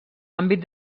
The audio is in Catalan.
àmbit